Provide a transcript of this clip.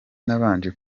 nabanje